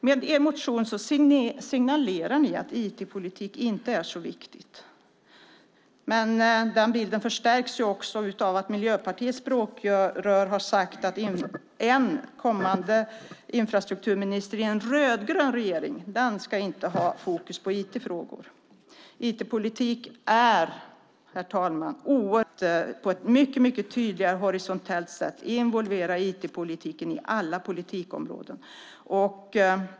Med er motion signalerar ni att IT-politik inte är viktigt. Den bilden förstärks också av att Miljöpartiets språkrör har sagt att en kommande infrastrukturminister i en rödgrön regering inte ska ha fokus på IT-frågor. IT-politiken är, herr talman, oerhört viktig för Sverige som nation och för att vi ska vara konkurrenskraftiga och ta nästa steg för att på ett mycket tydligare, horisontellt sätt involvera IT-politiken i alla politikområden.